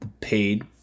paid